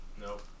Nope